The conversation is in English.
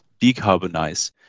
decarbonize